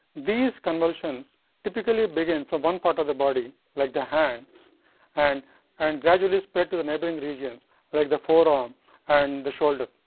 these convulsions typically begin from one part of the body, like the hands and and gradually spread to the neighbouring regions like the forearm and the shoulder.